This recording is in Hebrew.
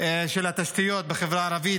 לתשתיות בחברה הערבית,